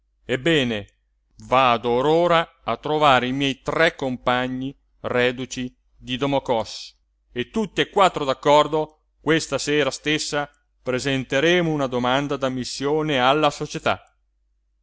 ebbene vado or ora a trovare i miei tre compagni reduci di domokòs e tutt'e quattro d'accordo questa sera stessa presenteremo una domanda d'ammissione alla società